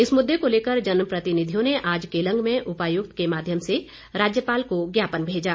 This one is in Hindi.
इस मुद्दे को लेकर जनप्रतिनिधियों ने आज केलंग में उपायुक्त के माध्यम से राज्यपाल को ज्ञापन भेजा